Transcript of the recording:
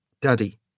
Daddy